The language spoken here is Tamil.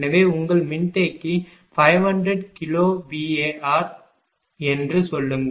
எனவே உங்கள் மின்தேக்கி 500 கிலோவிஆர் என்று சொல்லுங்கள்